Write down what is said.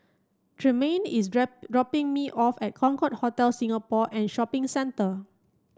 Tremayne is dropping me off at Concorde Hotel Singapore and Shopping Centre